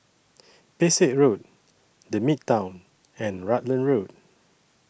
Pesek Road The Midtown and Rutland Road